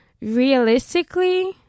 realistically